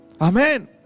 Amen